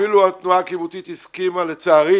אפילו התנועה הקיבוצית הסכימה לצערי